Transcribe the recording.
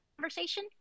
conversation